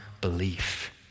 belief